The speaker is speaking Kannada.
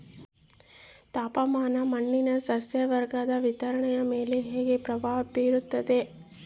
ತಾಪಮಾನ ಮಣ್ಣಿನ ಸಸ್ಯವರ್ಗದ ವಿತರಣೆಯ ಮೇಲೆ ಹೇಗೆ ಪ್ರಭಾವ ಬೇರುತ್ತದೆ?